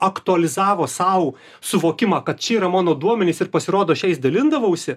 aktualizavo sau suvokimą kad čia yra mano duomenys ir pasirodo aš jais dalindavausi